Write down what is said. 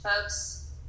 folks